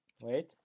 Wait